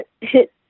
hit